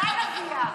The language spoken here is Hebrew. לאן נגיע?